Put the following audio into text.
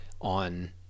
on